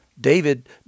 David